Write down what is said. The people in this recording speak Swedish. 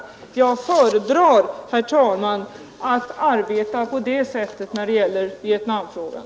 Jag föredrar, herr talman, att arbeta på det sättet i Vietnamfrågan.